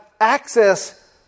access